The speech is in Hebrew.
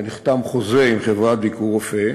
ונחתם חוזה עם חברת "ביקורופא"